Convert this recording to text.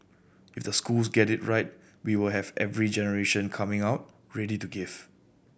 if the schools get it right we will have every generation coming out ready to give